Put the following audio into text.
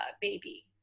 baby